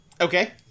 Okay